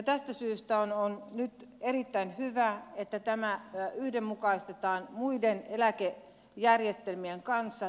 tästä syystä on nyt erittäin hyvä että tämä yhdenmukaistetaan muiden eläkejärjestelmien kanssa